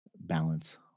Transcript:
balance